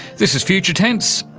this is future tense.